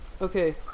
Okay